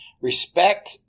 respect